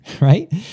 right